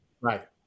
right